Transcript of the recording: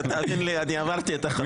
תאמין לי, אני עברתי את החוויה הזאת.